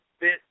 bit